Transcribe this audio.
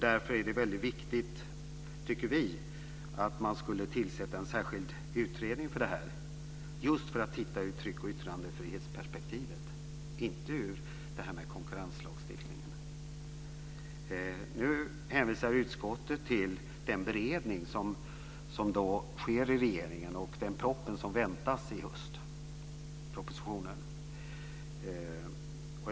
Därför är det väldigt viktigt, tycker vi, att tillsätta en särskild utredning just för att titta ur tryck och yttrandefrihetsperspektivet - inte ur perspektivet med konkurrenslagstiftningen. Nu hänvisar utskottet till den beredning som sker i regeringen och den proposition som väntas i höst.